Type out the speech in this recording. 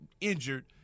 injured